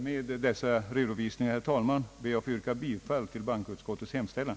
Med dessa redovisningar ber jag, herr talman, få yrka bifall till bankoutskottets hemställan.